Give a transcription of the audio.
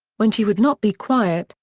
when she would not be quiet,